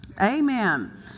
Amen